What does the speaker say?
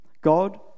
God